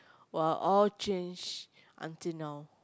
!wah! all change until now